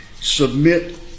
submit